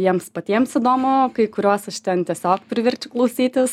jiems patiems įdomu kai kuriuos aš ten tiesiog priverčiu klausytis